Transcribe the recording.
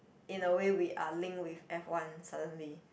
in a way we are link with F one suddenly